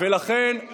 טרור